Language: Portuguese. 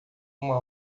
uma